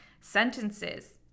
sentences